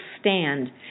stand